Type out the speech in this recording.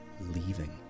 leaving